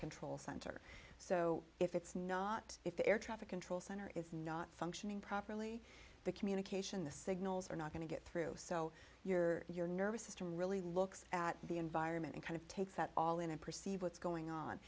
control center so if it's not if the air traffic control center is not functioning properly the communication the signals are not going to get through so your your nervous system really looks at the environment and kind of takes that all in and perceive what's going on